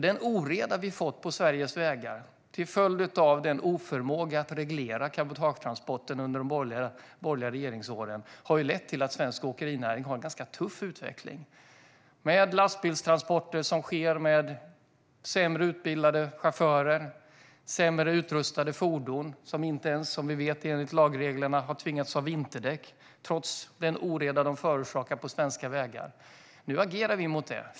Den oreda vi fått på Sveriges vägar till följd av oförmågan att reglera cabotagetransporterna under de borgerliga regeringsåren har ju lett till att svensk åkerinäring har en ganska tuff utveckling med lastbilstransporter som sker med sämre utbildade chaufförer och sämre utrustade fordon som inte ens enligt lagreglerna har tvingats ha vinterdäck, trots den oreda de förorsakar på svenska vägar. Nu agerar vi mot det.